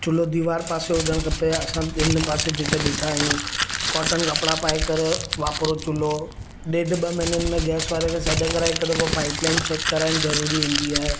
चुल्हो दीवार पासे हुजणु खपे या असां इन पासे जिते बीठा आहियूं कॉटन कपिड़ा पाए करे वापरो चुल्हो ॾेढ ॿ महीननि में गैस वारे खे सॾु कराइ हिक दफ़ो पाइप लाइन चेक कराइणु जरूरी हूंदी आहे